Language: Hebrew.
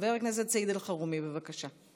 חבר הכנסת סעיד אלחרומי, בבקשה.